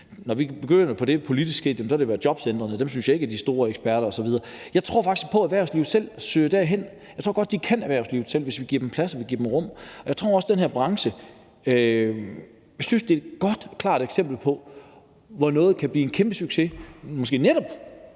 på noget, er det blevet til sådan noget som jobcentrene, og dem synes jeg ikke er de store eksperter, osv. Jeg tror faktisk på, at erhvervslivet selv søger derhen. Jeg tror godt, at erhvervslivet kan, hvis vi giver dem plads og rum. Og jeg synes, at den her branche er et godt og klart eksempel på, at noget kan blive en kæmpesucces, måske netop